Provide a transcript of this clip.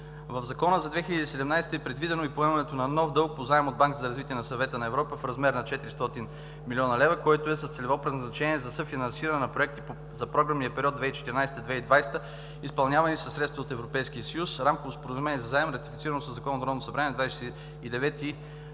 В Закона за 2017 г. е предвидено и поемането на нов дълг по заем от Банката за развитие на Съвета на Европа в размер на 400 млн. лв., който е с целево предназначение за съфинансиране на проекти за програмния период 2014 – 2020 г., изпълнявани със средства от Европейския съюз – Рамковото споразумение за заем е ратифицирано със Закон от Народното събрание 29 юни